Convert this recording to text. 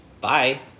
bye